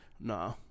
Nah